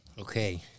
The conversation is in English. Okay